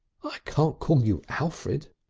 i can't call you alfred.